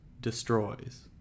destroys